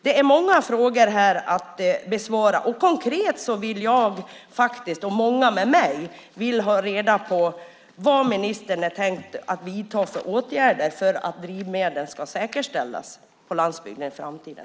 Det finns många frågor att besvara. Konkret vill jag, och många med mig, ha reda på vad ministern tänkt vidta för åtgärder för att drivmedlen ska säkerställas på landsbygden i framtiden.